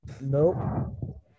Nope